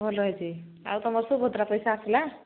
ଭଲ ହୋଇଛି ଆଉ ତୁମର ସୁଭଦ୍ରା ପଇସା ଆସିଲା